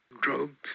drugs